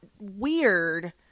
weird